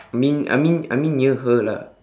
mean I mean I mean near her lah